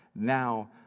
Now